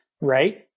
right